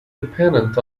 dependent